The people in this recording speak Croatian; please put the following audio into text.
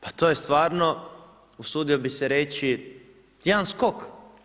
Pa to je stvarno, usudio bi se reći, jedan skok.